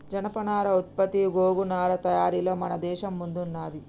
జనపనార ఉత్పత్తి గోగు నారా తయారీలలో మన దేశం ముందున్నది